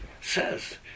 says